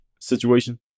situation